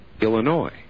Illinois